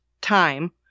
time